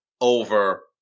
over